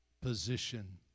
position